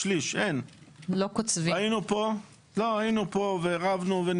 היינו פה ורבנו,